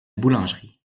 boulangerie